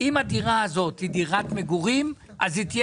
אם הדירה הזו היא דירת מגורים היא תהיה